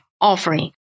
offering